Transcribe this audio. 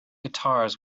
guitars